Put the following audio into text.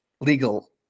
legal